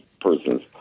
persons